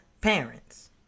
parents